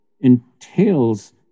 entails